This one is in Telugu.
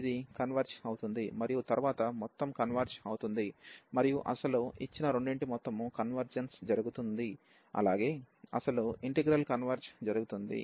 కాబట్టి ఇది కన్వెర్జ్ అవుతుంది మరియు తరువాత మొత్తం కన్వెర్జ్ అవుతుంది మరియు అసలు ఇచ్చిన రెండిటి మొత్తము కన్వర్జెన్స్ జరుగుతుంది అలాగే అసలు ఇంటిగ్రల్ కన్వెర్జ్ జరుగుతుంది